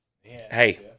Hey